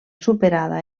superada